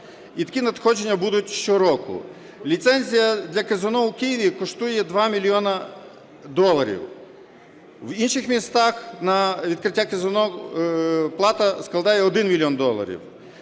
І такі надходження будуть щороку. Ліцензія для казино у Києві коштує 2 мільйони доларів, в інших містах на відкриття казино плата складає 1 мільйон доларів.